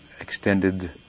extended